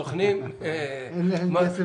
והסוכנים -- אין להם כסף להחזיר.